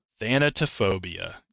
Thanatophobia